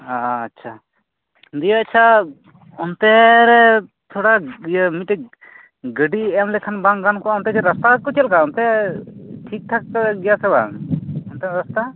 ᱟᱪᱪᱷᱟ ᱫᱤᱭᱮᱹ ᱟᱪᱪᱷᱟ ᱚᱱᱛᱮ ᱨᱮ ᱛᱷᱚᱲᱟ ᱢᱤᱫᱴᱮᱡ ᱜᱟᱹᱰᱤ ᱮᱢ ᱞᱮᱠᱷᱟᱱ ᱵᱟᱝ ᱜᱟᱱ ᱠᱚᱜᱼᱟ ᱚᱱᱛᱮ ᱨᱟᱥᱛᱟ ᱠᱚ ᱪᱮᱫ ᱞᱮᱠᱟ ᱚᱱᱛᱮ ᱴᱷᱤᱠᱼᱴᱷᱟᱠ ᱜᱮᱭᱟ ᱥᱮᱵᱟᱝ ᱚᱱᱛᱮᱱᱟᱜ ᱨᱟᱥᱛᱟ